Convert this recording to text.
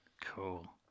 Cool